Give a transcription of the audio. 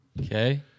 Okay